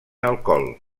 alcohol